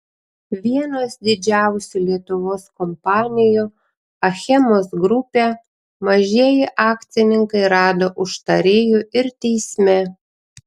vienos didžiausių lietuvos kompanijų achemos grupė mažieji akcininkai rado užtarėjų ir teisme